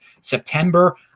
September